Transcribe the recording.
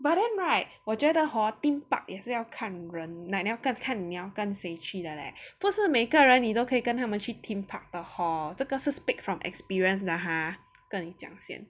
but then right 我觉得 hor theme park 也是要看人 like 你要个要看你要跟谁去的咧不是每个人你都可以跟他们去 theme park 的 hor 这个是 speak from experience 的 !huh! 跟你讲先